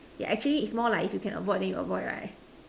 yeah actually its more like if you can avoid then you avoid right